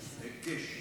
היקש.